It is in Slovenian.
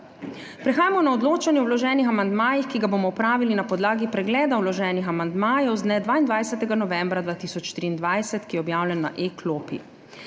Prehajamo na odločanje o vloženih amandmajih, ki ga bomo opravili na podlagi pregleda vloženih amandmajev z dne 22. novembra 2023, ki je objavljen na e-klopi.